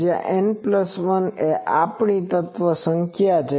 જ્યાં N1 એ આપણી તત્વ સંખ્યા છે